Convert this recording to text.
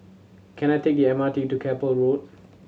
can I take the M R T to Keppel Road